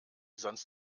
sonst